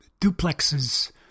duplexes